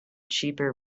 cheaper